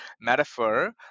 metaphor